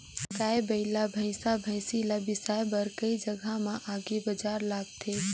गाय, बइला, भइसा, भइसी ल बिसाए बर कइ जघा म अलगे बजार लगथे